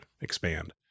expand